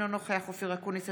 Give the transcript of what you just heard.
אינו נוכח אופיר אקוניס,